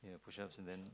I do push ups and then